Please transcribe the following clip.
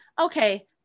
okay